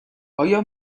آیا